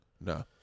No